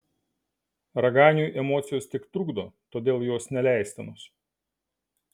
raganiui emocijos tik trukdo todėl jos neleistinos